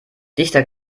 dichter